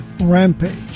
Rampage